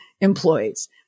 employees